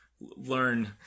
learn